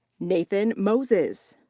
nathan moses.